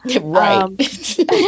Right